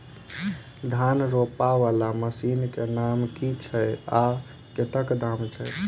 धान रोपा वला मशीन केँ नाम की छैय आ कतेक दाम छैय?